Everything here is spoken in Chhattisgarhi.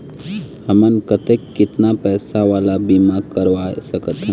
हमन कतेक कितना पैसा वाला बीमा करवा सकथन?